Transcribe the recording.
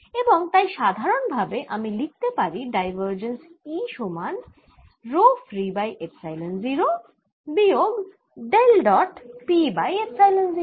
এবং তাই সাধারণভাবে আমি লিখতে পারি ডাইভারজেন্স E সমান রো ফ্রী বাই এপসাইলন 0 বিয়োগ del dot P by epsilon 0